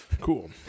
cool